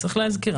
צריך להזכיר,